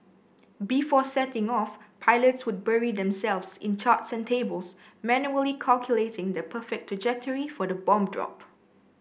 before setting off pilots would bury themselves in charts and tables manually calculating the perfect trajectory for the bomb drop